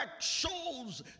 shows